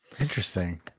interesting